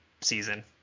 season